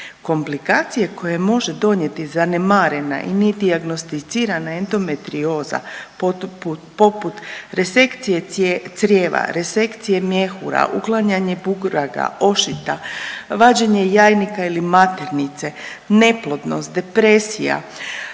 komplikacije koje može donijeti zanemarena i nedijagnosticirana endometrioza poput resekcije crijeva, resekcije mjehura, uklanjanje bubrega, ošita, vađenje jajnika ili maternice, neplodnost, depresija